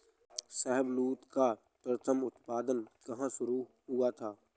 शाहबलूत का प्रथम उत्पादन कहां शुरू हुआ था?